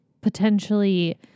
potentially